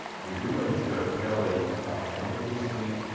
we do know sheriff kelley went to the scene.